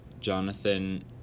Jonathan